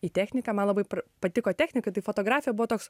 į techniką man labai patiko technika tai fotografija buvo toks